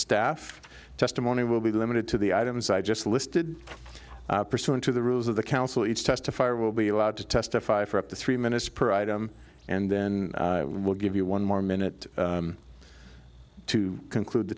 staff testimony will be limited to the items i just listed pursuant to the rules of the council each testify will be allowed to testify for up to three minutes per item and then we'll give you one more minute to conclude the